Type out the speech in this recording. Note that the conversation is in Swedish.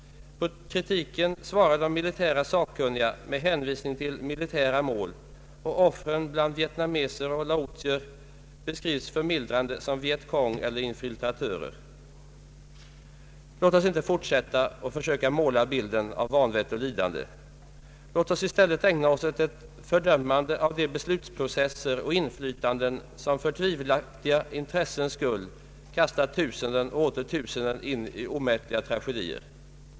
På kritiken svarar de militära sakkunniga med hänvisning till ”militära mål”, och offren bland vietnameser och laoiter beskrivs förmildrande som ”vietcong” eller ”infiltratörer”. Låt oss inte fortsätta att försöka måla bilden av vanvett och lidande. Låt oss i stället ägna oss åt ett fördömande av de beslutsprocesser och inflytanden, som för tvivelaktiga intressens skull kastar tusenden och åter tusenden in i omätliga tragedier.